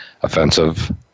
offensive